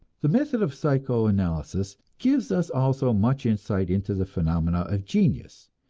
the method of psychoanalysis gives us also much insight into the phenomena of genius,